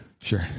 Sure